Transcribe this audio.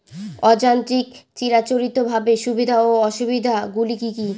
অযান্ত্রিক চিরাচরিতভাবে সুবিধা ও অসুবিধা গুলি কি কি?